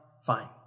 fine